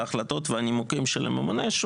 ההחלטות והנימוקים של הממונה.".